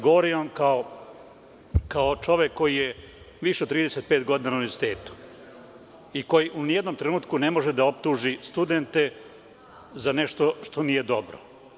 Govorim vam kao čovek koji je više od 35 godina na univerzitetu i koji ni u jednom trenutku ne može da optuži studente za nešto što nije dobro.